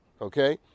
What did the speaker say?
okay